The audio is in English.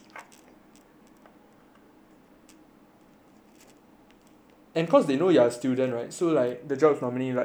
and cause they know you are a student [right] so like the job's probably like more flexible